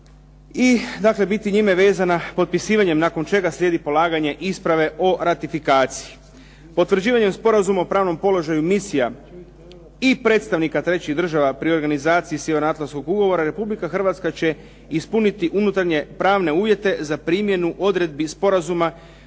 biti njime vezana potpisivanjem nakon čega slijedi polaganje isprave o ratifikaciji. Potvrđivanjem Sporazuma o pravnom položaju misija i predstavnika trećih država pri organizaciji Sjevernoatlantskog ugovora RH će ispuniti unutarnje pravne uvjete za primjenu odredbi sporazuma